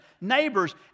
neighbors